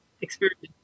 experience